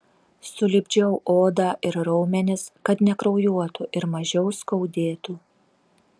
sulipdžiau odą ir raumenis kad nekraujuotų ir mažiau skaudėtų